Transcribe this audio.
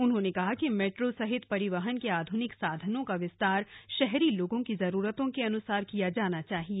उन्होंने कहा कि मेट्रो सहित परिवहन के आधुनिक साधनों का विस्तार शहरी लोगों की जरूरतों के अन्युसार किया जाना चाहिए